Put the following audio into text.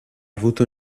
avuto